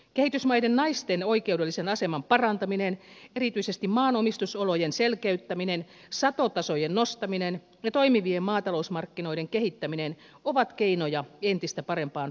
kehitysmaiden naisten oikeudellisen aseman parantaminen erityisesti maanomistusolojen selkeyttäminen satotasojen nostaminen ja toimivien maatalousmarkkinoiden kehittäminen ovat keinoja entistä parempaan ruokaturvaan